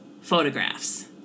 photographs